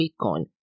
Bitcoin